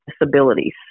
disabilities